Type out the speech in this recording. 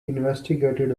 investigated